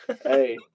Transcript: Hey